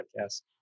podcast